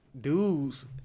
dudes